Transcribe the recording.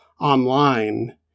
online